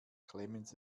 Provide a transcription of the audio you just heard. clemens